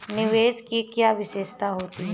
निवेश की क्या विशेषता होती है?